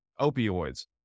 opioids